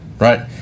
Right